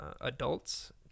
adults